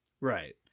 Right